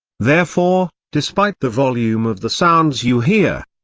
therefore, despite the volume of the sounds you hear,